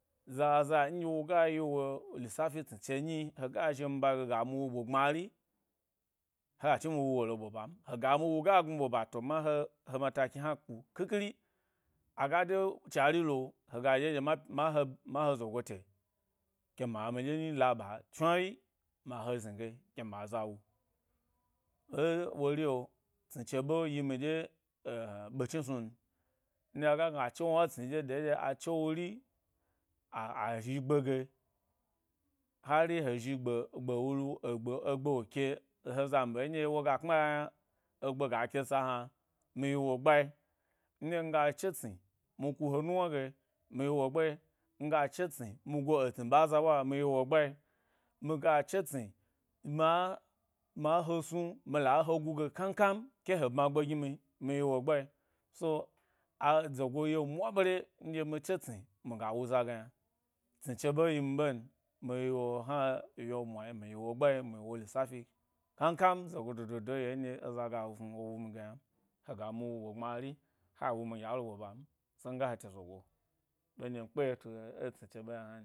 Zaza nɗye woga yi wo, lissafi tsni che nyi-hega zhi mi ɓa ge ga mi wu ɓo gbmari hega chnimi wuwu elo ɓo bam hega mi ga gnu ɓo ba to mahe, he mataki hna ku қhikhiti agade chari lo hega dye dye ma mahe, mahe zogo te, ke ma mi dye nyi la ɓa-chnuawyi ma he zni ge, ke ma za wu è wori’o atsni che ɓe yi mi dye-ɓe chnisnun, nɗye aga gna a chewna tsni dye dede nɗye a che wori a-a zhi gbe ge, hari, he zhi gbe gbe wulu egbe, egbe wok e he zambe nɗye woga kpma ya yna egbe ga ke sa hna mi yi wo gbae, ndye nga chetni mi ku he nuwna ge mi yi wo gba, ndye nga che’ tsni mi ku he nuwn ge, mi yi wo gbae nga de tsni, mi go etsni ɓa eza’ ɓwa mi yi wo gbae, miga de tsni ma, ma he snu mi la he guge kan kan ke he bma ‘gbe gi mi mi yi wo gbae so a-zogo ye mwa bare nɗye mi che’ tsni miga wuza ge yna. Tsni che ɓe yi mi ɓen mi yi wu hna wye mwa mi yi gbae mi yi wo lissa fi kan kan zogo dodo yi’o ndye eza gas nu wo wumi ge ynan hega mi wu ɓo gbmari, ha wumi dye a lo bo ban tse nga hete zago ɓe nɗye n kpe tu ẻ tsni che ɓe yna hnan.